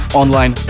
online